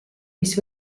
mis